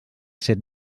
set